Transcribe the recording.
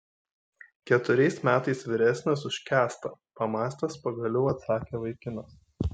keturiais metais vyresnis už kęstą pamąstęs pagaliau atsakė vaikinas